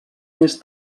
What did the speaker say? més